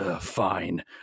Fine